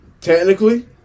Technically